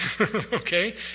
Okay